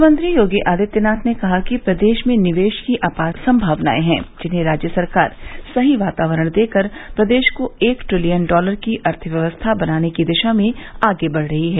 मुख्यमंत्री योगी आदित्यनाथ ने कहा कि प्रदेश में निवेश की अपार संमावनाएं है जिन्हें राज्य सरकार सही वातावरण देकर प्रदेश को एक ट्रिलियन डॉलर की अर्थव्यवस्था बनाने की दिशा में आगे बढ रही हैं